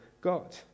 God